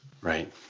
Right